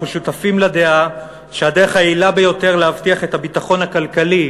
אנחנו שותפים לדעה שהדרך היעילה ביותר להבטיח את הביטחון הכלכלי